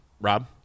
Rob